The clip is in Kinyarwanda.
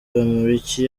bamporiki